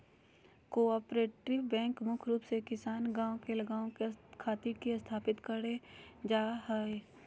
cooperative bank मुख्य रूप से किसान या गांव के लोग खातिर ही स्थापित करल जा हय